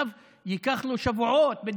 עכשיו איך אתה עושה דה-לגיטימציה